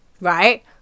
Right